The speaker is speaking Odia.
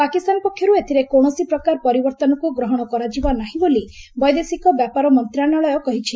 ପାକିସ୍ତାନ ପକ୍ଷରୁ ଏଥିରେ କୌଣସି ପ୍ରକାର ପରିବର୍ତ୍ତନକୁ ଗ୍ରହଣ କରାଯିବ ନାହିଁ ବୋଲି ବୈଦେଶିକ ବ୍ୟାପାର ମନ୍ତ୍ରଣାଳୟ କହିଛି